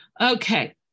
Okay